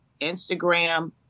Instagram